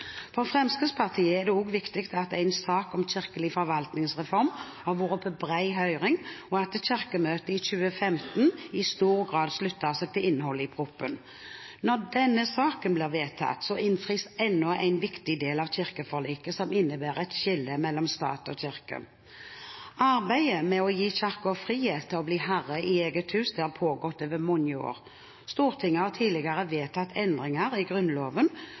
For Fremskrittspartiet er det også viktig at en sak om kirkelig forvaltningsreform har vært på bred høring, og at Kirkemøtet i 2015 i stor grad sluttet seg til innholdet i proposisjonen. Når denne saken blir vedtatt, innfris enda en viktig del av kirkeforliket, som innebærer et skille mellom stat og kirke. Arbeidet med å gi Kirken frihet til å bli herre i eget hus har pågått over mange år. Stortinget har tidligere vedtatt endringer i Grunnloven